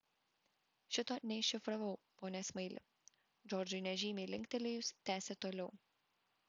šito neiššifravau pone smaili džordžui nežymiai linktelėjus tęsė toliau